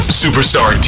superstar